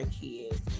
kids